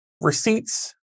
Receipts